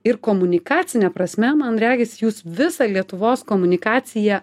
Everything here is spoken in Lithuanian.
ir komunikacine prasme man regis jūs visą lietuvos komunikaciją